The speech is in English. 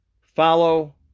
follow